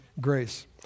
grace